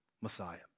Messiah